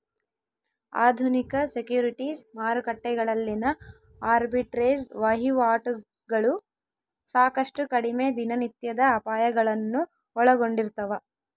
ಆಧುನಿಕ ಸೆಕ್ಯುರಿಟೀಸ್ ಮಾರುಕಟ್ಟೆಗಳಲ್ಲಿನ ಆರ್ಬಿಟ್ರೇಜ್ ವಹಿವಾಟುಗಳು ಸಾಕಷ್ಟು ಕಡಿಮೆ ದಿನನಿತ್ಯದ ಅಪಾಯಗಳನ್ನು ಒಳಗೊಂಡಿರ್ತವ